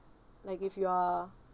like if you are